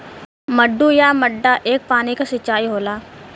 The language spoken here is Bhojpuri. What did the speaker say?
मड्डू या मड्डा एक पानी क सिंचाई होला